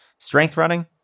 STRENGTHRUNNING